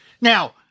Now